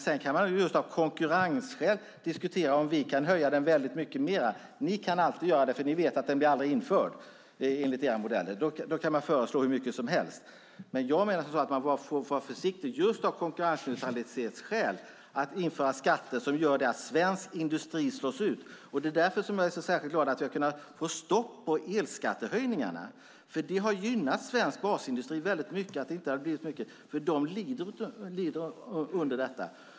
Sedan kan man av konkurrensskäl diskutera om vi kan höja den väldigt mycket mer. Ni kan alltid göra det, för ni vet att den aldrig blir införd enligt era modeller. Då kan man föreslå hur mycket som helst. Men jag menar att man just av konkurrensneutralitetsskäl får vara försiktig att införa skatter som gör att svensk industri slås ut. Det är därför jag är så särskilt glad att vi har kunnat få stopp på elskattehöjningarna. Det har gynnat svensk basindustri väldigt mycket, för den lider under detta.